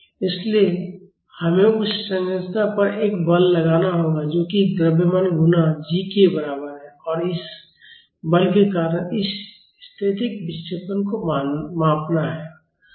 इसलिए हमें उस संरचना पर एक बल लगाना होगा जो कि द्रव्यमान गुणा g के बराबर है और इस बल के कारण इस स्थैतिक विक्षेपण को मापना है